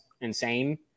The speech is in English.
insane